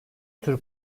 tür